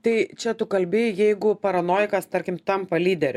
tai čia tu kalbi jeigu paranojikas tarkim tampa lyderiu